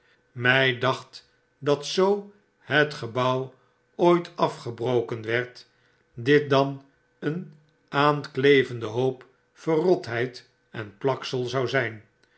my dacht dat zoo het gebouw ooit afgebroken werd dit dan een aanklevende hoop verrotheid en plaksel zou zyn